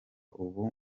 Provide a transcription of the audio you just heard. ubu